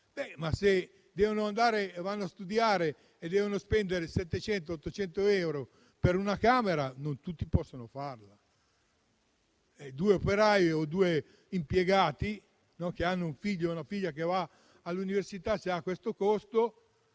Se però vanno a studiare fuori e devono spendere 700-800 euro per una camera, non tutti possono permetterselo. Due operai o due impiegati che hanno un figlio o una figlia che va all'università, se una camera ha questo costo,